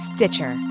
Stitcher